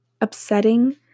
upsetting